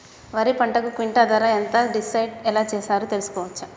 వరి పంటకు క్వింటా ధర ఎంత డిసైడ్ ఎలా చేశారు తెలుసుకోవచ్చా?